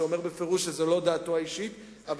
שאומר בפירוש שזו לא דעתו האישית.